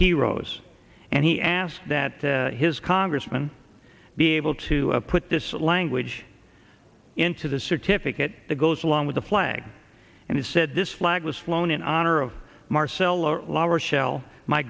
heroes and he asked that his congressman be able to put this language into the certificate that goes along with the flag and he said this flag was flown in honor of marcello lower shell my